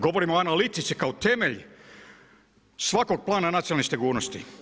Govorimo o analitici kao temelj svakog plana nacionalne sigurnost.